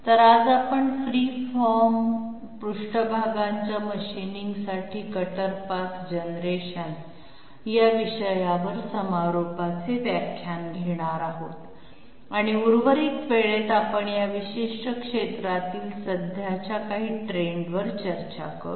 तर आज आपण फ्री फॉर्म पृष्ठभागांच्या मशीनिंगसाठी कटर पाथ जनरेशन या विषयावर समारोपाचे व्याख्यान घेणार आहोत आणि उर्वरित वेळेत आपण या विशिष्ट क्षेत्रातील सध्याच्या काही ट्रेंडवर चर्चा करू